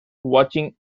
watching